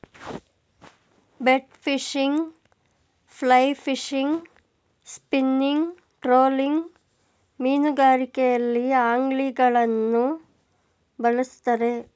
bait fishing, fly fishing, spinning, trolling ಮೀನುಗಾರಿಕೆಯಲ್ಲಿ ಅಂಗ್ಲಿಂಗ್ಗಳನ್ನು ಬಳ್ಸತ್ತರೆ